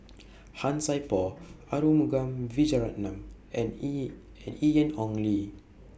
Han Sai Por Arumugam Vijiaratnam and and Ian Ong Li